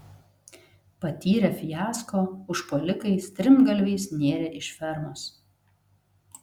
patyrę fiasko užpuolikai strimgalviais nėrė iš fermos